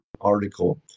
article